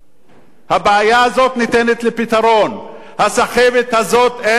הבעיה הזאת ניתנת לפתרון, הסחבת הזאת אין לה מקום.